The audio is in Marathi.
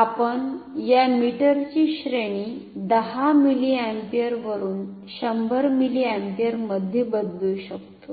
आपण या मीटरची श्रेणी 10 मिलिअम्पियर वरुन 100 मिलिअम्पिअर मध्ये बदलू शकतो